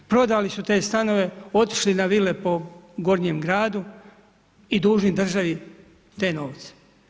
Prodali su te stanove, otišli na vile po gornjem gradu i dužni državi te novce.